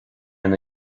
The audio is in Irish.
ina